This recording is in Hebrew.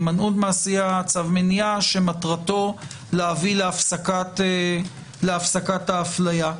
שמטרתו להביא להפסקת האפליה.